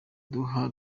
duha